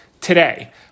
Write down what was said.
today